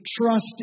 trust